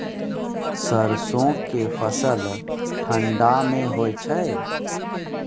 सरसो के फसल ठंडा मे होय छै?